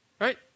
right